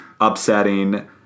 upsetting